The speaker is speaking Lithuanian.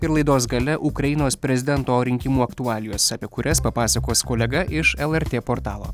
ir laidos gale ukrainos prezidento rinkimų aktualijos apie kurias papasakos kolega iš lrt portalo